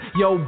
yo